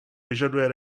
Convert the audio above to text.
vyžaduje